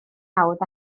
hawdd